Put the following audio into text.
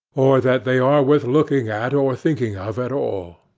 or that they are worth looking at or thinking of at all?